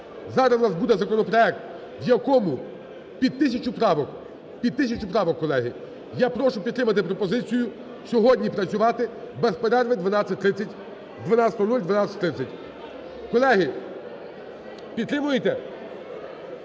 Зараз у нас буде законопроект, у якому під тисячу правок. Під тисячу правок, колеги. я прошу підтримати пропозицію сьогодні працювати без перерви 12.00-12:30. Колеги, підтримуєте?